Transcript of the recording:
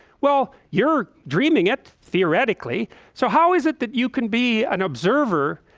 well, you're dreaming it theoretically so how is it that you can be an observer?